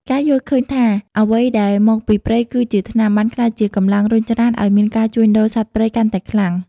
ការយល់ឃើញថា "អ្វីដែលមកពីព្រៃគឺជាថ្នាំ" បានក្លាយជាកម្លាំងរុញច្រានឱ្យមានការជួញដូរសត្វព្រៃកាន់តែខ្លាំង។